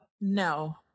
No